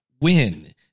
win